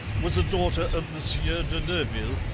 was a daughter of the sieur de neuville,